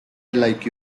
like